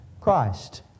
Christ